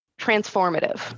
transformative